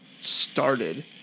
started